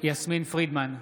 יסמין פרידמן,